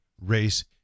race